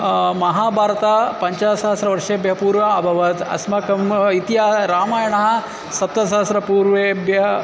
महाभारतं पञ्चसहस्रवर्षेभ्यः पूर्व अभवत् अस्माकम् इतिहासः रामायणम् सप्तसहस्रपूर्वेभ्य